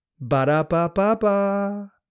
Ba-da-ba-ba-ba